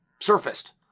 surfaced